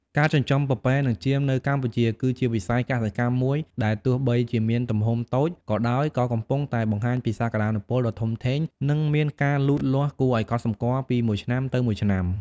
ការចិញ្ចឹមពពែនិងចៀមនៅកម្ពុជាគឺជាវិស័យកសិកម្មមួយដែលទោះបីជាមានទំហំតូចក៏ដោយ ក៏កំពុងតែបង្ហាញពីសក្តានុពលដ៏ធំធេងនិងមានការលូតលាស់គួរឱ្យកត់សម្គាល់ពីមួយឆ្នាំទៅមួយឆ្នាំ។